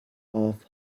off